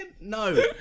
No